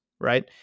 right